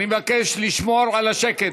אני מבקש לשמור על השקט.